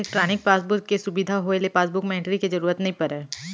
electronic passbook के सुबिधा होए ले पासबुक म एंटरी के जरूरत नइ परय